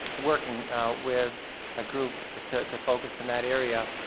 working with a group ah to to focus in that area.